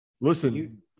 Listen